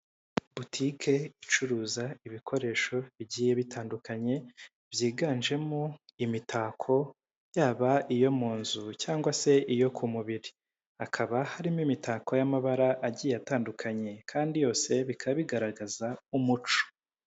Butike icuruza ibikoresho bigiye bitandukanye, byiganjemo imitako, yaba iyo mu nzu cyangwa se iyo ku mubiri, hakaba harimo imitako y'amabara agiye atandukanye, kandi yose bikaba bigaragaza umuco.